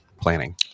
planning